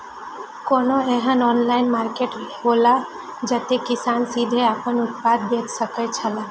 कोनो एहन online market हौला जते किसान सीधे आपन उत्पाद बेच सकेत छला?